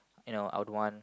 you know I'd want